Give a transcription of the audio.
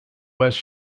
west